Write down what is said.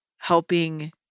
helping